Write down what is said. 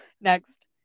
Next